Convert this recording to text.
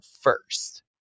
first